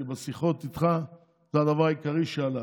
כי בשיחות איתך זה הדבר העיקרי שעלה,